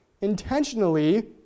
intentionally